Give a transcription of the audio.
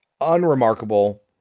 Unremarkable